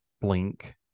blink